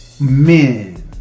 men